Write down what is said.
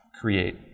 create